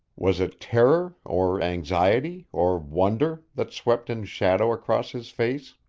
was it terror, or anxiety, or wonder, that swept in shadow across his face?